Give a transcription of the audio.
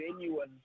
genuine